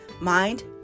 mind